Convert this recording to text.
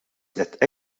that